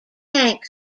tank